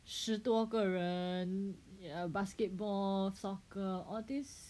十多个人 ya basketball soccer all this